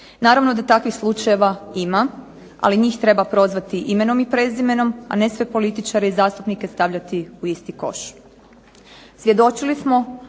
Naravno da takvih slučajeva ima, ali njih treba prozvati imenom i prezimenom, a ne sve političare i zastupnike stavljati u isti koš.